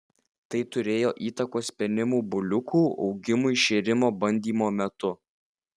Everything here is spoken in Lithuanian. tai turėjo įtakos penimų buliukų augimui šėrimo bandymo metu